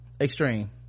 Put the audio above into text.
extreme